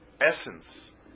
essence